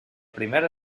primer